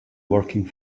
working